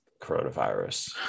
coronavirus